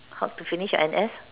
how to finish your N_S